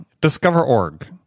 Discover.org